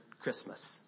Christmas